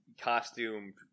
costume